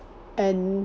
and